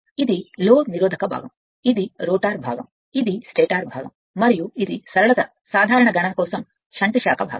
ఇది లోడ్ నిరోధక భాగం ఇది రోటర్ భాగం ఇది స్టేటర్ భాగం మరియు ఇది సరళత సాధారణ గణన కోసం చేతి శాఖ భాగం